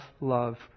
love